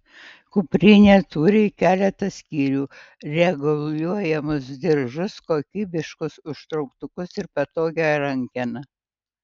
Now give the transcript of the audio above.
kuprinė turi keletą skyrių reguliuojamus diržus kokybiškus užtrauktukus ir patogią rankeną